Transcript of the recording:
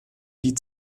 die